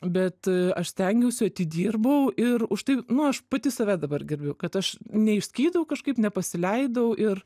bet aš stengiausi atidirbau ir už tai nu aš pati save dabar gerbiu kad aš neišskydau kažkaip nepasileidau ir